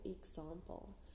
example